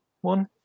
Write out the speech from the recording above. one